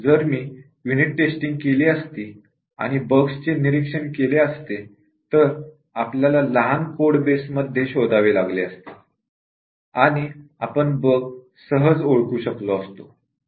जर आपण unit testing केली असती आणि बग्स चे निरीक्षण केले असते तर आपल्याला लहान कोडबेस मध्ये शोधावे लागले असते आणि आपण बग सहज ओळखू शकलो असतो